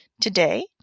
today